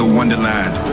Wonderland